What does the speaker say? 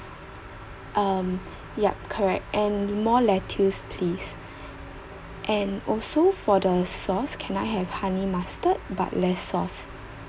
um yup correct and more lettuce please and also for the sauce can I have honey mustard but less sauce